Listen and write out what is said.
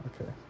Okay